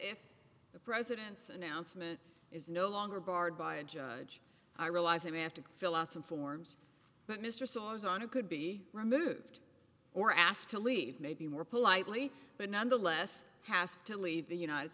if the president's announcement is no longer barred by a judge i realize they may have to fill out some forms but mr saul was on a could be removed or asked to leave maybe more politely but nonetheless has to leave the united